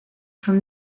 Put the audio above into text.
from